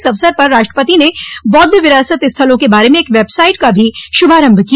इस अवसर पर राष्ट्रपति ने बौद्ध विरासत स्थलों के बारे में एक वेबसाइट का भी शुभारम्भ किया